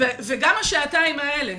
וגם השעתיים האלה,